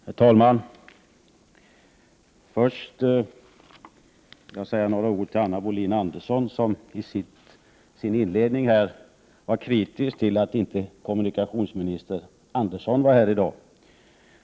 Herr talman! Först vill jag säga några ord till Anna Wohlin-Andersson, som i sin inledning här var kritisk till att kommunikationsminister Georg Andersson inte är här i dag.